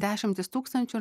dešimtys tūkstančių